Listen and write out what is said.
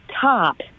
top